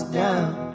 down